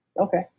okay